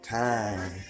time